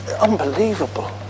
unbelievable